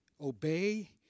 obey